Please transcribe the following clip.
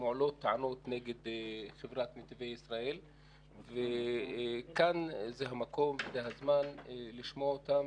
שמועלות טענות נגד חברת נתיבי ישראל וכאן זה המקום והזמן לשמוע אותם.